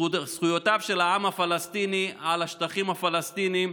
זכויותיו של העם הפלסטיני על השטחים הפלסטיניים